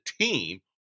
team